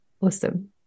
Awesome